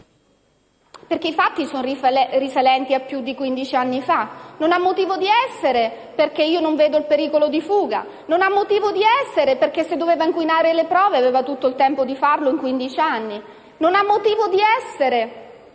perché i fatti sono risalenti a più di 15 anni fa. Non ha motivo di essere perché non vedo il pericolo di fuga. Non ha motivo di essere, perché se doveva inquinare le prove, aveva tutto il tempo di farlo in 15 anni. Non ha motivo di essere